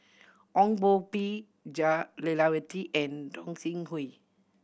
Ong Koh Bee Jah Lelawati and Gog Sing Hooi